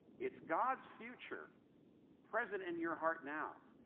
it's god's future present in your heart now.